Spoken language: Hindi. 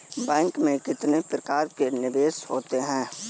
बैंक में कितने प्रकार के निवेश होते हैं?